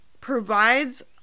provides